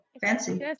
fancy